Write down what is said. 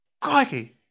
Crikey